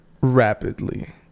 rapidly